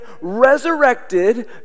resurrected